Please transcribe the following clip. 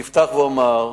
אני אפתח ואומר,